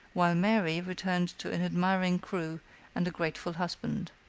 while mary returned to an admiring crew and a grateful husband.